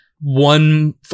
one